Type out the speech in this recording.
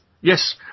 Yes